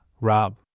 Rob